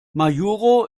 majuro